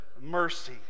mercy